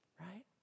right